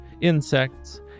insects